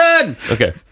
Okay